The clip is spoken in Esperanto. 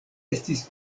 estis